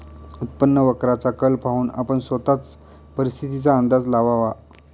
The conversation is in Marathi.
उत्पन्न वक्राचा कल पाहून आपण स्वतःच परिस्थितीचा अंदाज लावावा